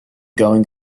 going